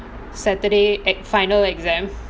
saturday eh final exam